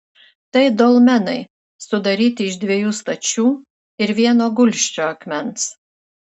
tai dolmenai sudaryti iš dviejų stačių ir vieno gulsčio akmens